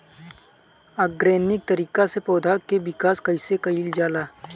Organic तरीका से पौधा क विकास कइसे कईल जाला?